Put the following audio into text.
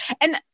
And-